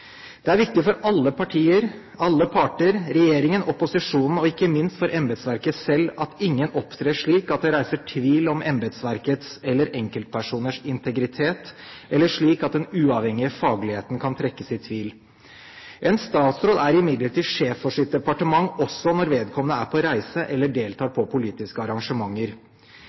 Det er viktig for alle parter, regjeringen, opposisjonen og ikke minst embetsverket selv, at ingen opptrer slik at det reises tvil om embetsverkets eller enkeltpersoners integritet, eller slik at den uavhengige fagligheten kan trekkes i tvil. En statsråd er imidlertid sjef for sitt departement også når vedkommende er på reise eller deltar på politiske arrangementer.